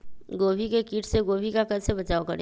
गोभी के किट से गोभी का कैसे बचाव करें?